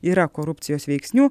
yra korupcijos veiksnių